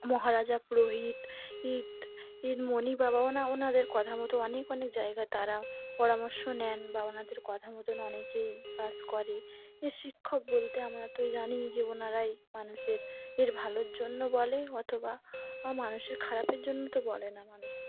মহারাজা পুরোহিত ইত ইত মণি বাবা ওনা ওনাদের কথা মতো অনেক অনেক জায়গায় তারা পরামর্শ নেন বা ওনাদের কথা মতন অনেকেই কাজ করে এর শিক্ষক বলতে আমরা তো জানি যে ওনারাই মানুষের এর ভালোর জন্য বলে অথবা মানুষের খারাপের জন্য তো বলে না মানুষের